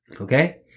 okay